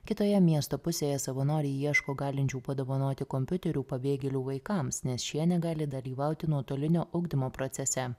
kitoje miesto pusėje savanoriai ieško galinčių padovanoti kompiuterių pabėgėlių vaikams nes šie negali dalyvauti nuotolinio ugdymo procese